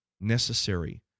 necessary